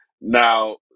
now